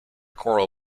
choral